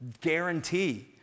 guarantee